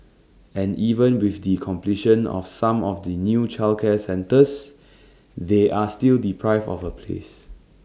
and even with the completion of some of the new childcare centres they are still deprived of A place